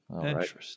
Interesting